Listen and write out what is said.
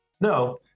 no